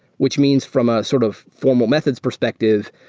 which means from a sort of formal methods perspective,